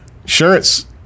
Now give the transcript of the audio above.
insurance